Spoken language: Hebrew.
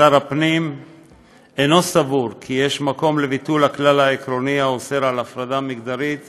שר הפנים אינו סבור כי יש מקום לביטול הכלל העקרוני האוסר הפרדה מגדרית